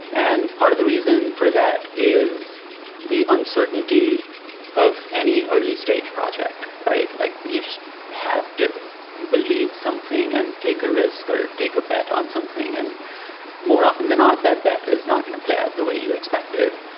and part of the reason for that is the uncertainty of any early-stage project, like you just have to believe something and take a risk or take a bet on something. and more often than not, that bet is not going to play out the way you expected.